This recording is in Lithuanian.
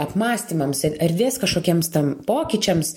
apmąstymams erdvės kažkokiems ten pokyčiams